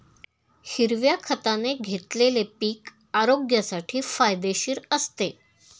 हिरव्या खताने घेतलेले पीक आरोग्यासाठी फायदेशीर असते